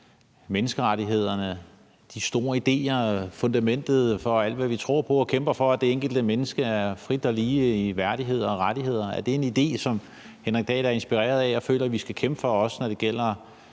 menneskerettighederne, de store idéer, fundamentet for alt, hvad vi tror på og kæmper for, at det enkelte menneske er frit og lige med hensyn til værdighed og rettigheder? Er det en idé, som Henrik Dahl er inspireret af og føler vi skal kæmpe for, også når det gælder